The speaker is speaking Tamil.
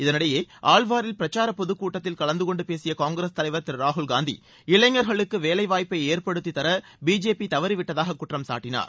இதனிடையே ஆள்வாரில் பிரச்சார பொதுக் கூட்டத்தில் கலந்து கொண்டு பேசிய காங்கிரஸ் தலைவர் திரு ராகுல்காந்தி இளைஞர்களுக்கு வேலை வாய்ப்பை ஏற்படுத்தித்தர பிஜேபி தவறிவிட்டதாக குற்றம் சாட்டினார்